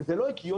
זה לא הגיוני,